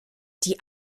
die